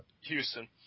Houston